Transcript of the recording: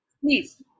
Please